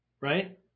right